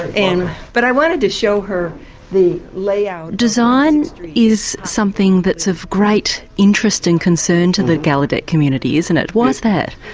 and but i wanted to show her the layout. design is something that's of great interest and concern to the gallaudet community, isn't it, why's that?